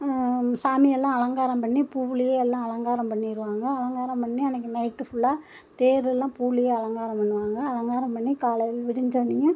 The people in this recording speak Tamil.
சாமியெல்லாம் அலங்காரம் பண்ணி பூவிலியே எல்லாம் அலங்காரம் பண்ணிடுவாங்க அலங்காரம் பண்ணி அன்றைக்கு நைட்டு ஃபுல்லாக தேரெல்லாம் பூவிலியே அலங்காரம் பண்ணுவாங்க அலங்காரம் பண்ணி காலை விடிஞ்சவோன்னேயே